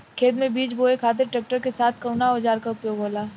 खेत में बीज बोए खातिर ट्रैक्टर के साथ कउना औजार क उपयोग होला?